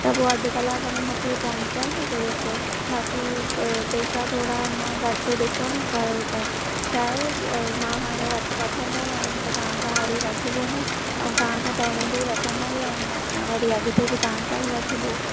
त पोइ अध कलाक में मूंखे पहुचाओ न सिर्फ़ु बाकी पेसा थोरा अञा घटि ॾिसो न कयो त छा आहे मां अ हाणे वठंदड़ आहियूं त तव्हांखा वरी वठिॿो न ऐं तव्हांखा पहिरें बि वठंदा ई आहियूं असां वरी अॻिते बि तव्हांखा ई वठिॿो